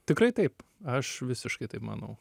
tikrai taip aš visiškai taip manau